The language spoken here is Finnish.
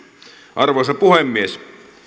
arvoisa puhemies